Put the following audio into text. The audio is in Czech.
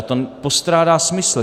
To postrádá smysl.